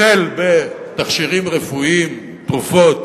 החל בתכשירים רפואיים, תרופות,